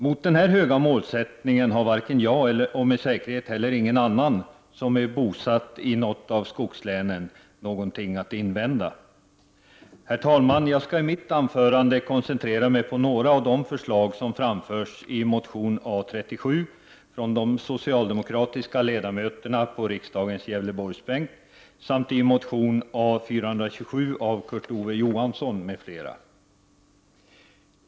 Mot den höga målsättningen har jag inte — och med säkerhet inte heller någon annan som är bosatt i något av skogslänen — något att invända. Herr talman! Jag skall i mitt anförande koncentrera mig på några av de förslag som framförs i motion A37 från de socialdemokratiska ledamöterna på riksdagens Gävleborgsbänk samt i motion A427 av Kurt Ove Johansson m.fl.